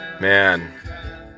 man